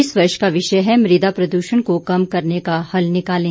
इस वर्ष का विषय है मृदा प्रदूषण को कम करने का हल निकालें